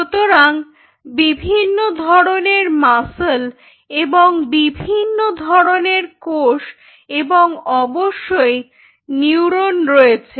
সুতরাং বিভিন্ন ধরনের মাসল এবং বিভিন্ন ধরনের কোষ এবং অবশ্যই নিউরন রয়েছে